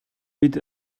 бид